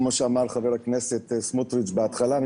כמו שאמר חבר הכנסת סמוטריץ' בהתחלה,